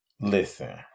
Listen